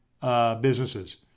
businesses